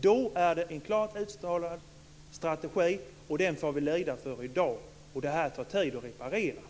Det är en klart uttalad strategi, som vi i dag får lida av. Detta tar tid att reparera.